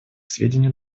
сведению